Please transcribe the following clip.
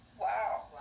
Wow